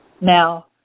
now